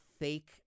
fake